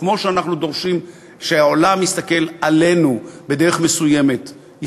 כמו שאנחנו דורשים שהעולם יסתכל עלינו בדרך מסוימת,